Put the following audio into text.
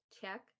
Check